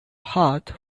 hot